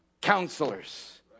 counselors